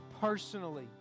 personally